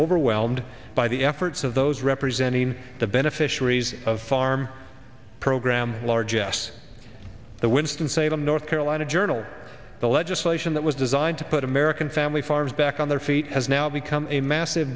overwhelmed by the efforts of those representing the beneficiaries of farm program large s the winston salem north carolina journal the legislation that was designed to put american family farms back on their feet has now become a massive